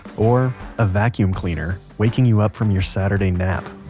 or a vacuum cleaner, waking you up from your saturday nap.